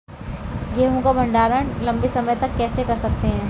गेहूँ का भण्डारण लंबे समय तक कैसे कर सकते हैं?